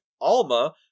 Alma